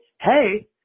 hey